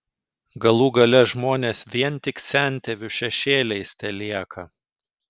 galų gale žmonės vien tik sentėvių šešėliais telieka